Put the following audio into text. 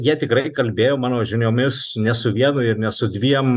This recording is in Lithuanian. jie tikrai kalbėjo mano žiniomis ne su vienu ir ne su dviem